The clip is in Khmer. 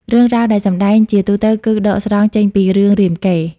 រឿងរ៉ាវដែលសម្តែងជាទូទៅគឺដកស្រង់ចេញពីរឿងរាមកេរ្តិ៍។